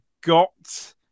got